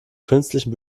künstlichen